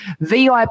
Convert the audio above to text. VIP